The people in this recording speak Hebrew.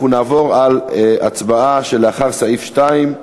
אנחנו נעבור להצבעה לאחרי סעיף 2,